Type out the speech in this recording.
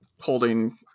holding